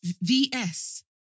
VS